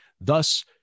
thus